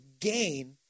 gain